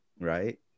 right